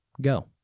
Go